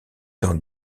dans